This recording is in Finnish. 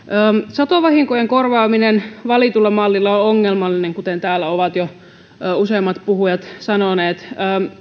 satovahinkojen korvaaminen valitulla mallilla on ongelmallinen kuten täällä ovat jo useimmat puhujat sanoneet